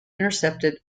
intercepted